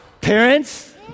Parents